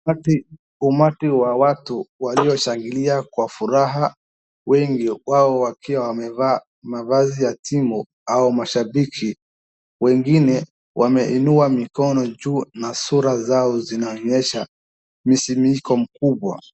Umati wa watu walioshangilia kwa furaha wengi wao wakiwa wamevaa mavazi ya timu au mashambiki, wengine wameinua mikono juu na sura zao zinaonyesha misimiko mkubwa